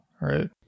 Right